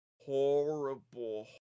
horrible